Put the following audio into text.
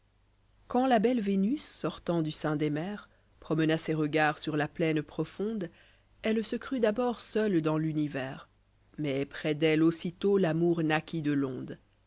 ia belle vénus sortant du sein des mers promena ses regards sur la plaine profonde elle se crut d'abord seule dans l'univers mais près d'elle aussitôt l'amour naquit de l'onde